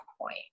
point